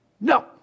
No